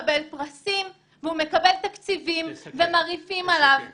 והוא מקבל כספים והוא מקבל תקציבים ומעריפים עליו המון.